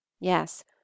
yes